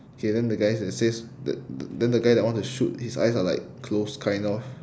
okay then the guy that says th~ the then the guy that want to shoot his eyes are like closed kind of